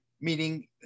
meaning